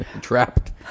Trapped